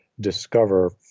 discover